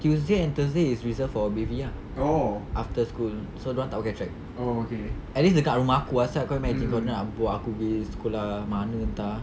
tuesday and thursday is reserved for B_V ah after school so dorang tak pakai track at least dekat rumah aku ah sia kau imagine kalau tidak aku aku gi sekolah mana entah